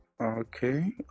okay